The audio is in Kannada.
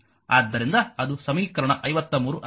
ಆದ್ದರಿಂದ ಅದು ಸಮೀಕರಣ 53 ಆಗಿದೆ